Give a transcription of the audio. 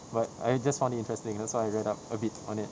but I just found it interesting that's why I read up a bit on it